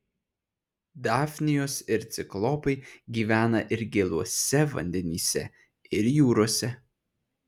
dafnijos ir ciklopai gyvena ir gėluose vandenyse ir jūrose